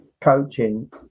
coaching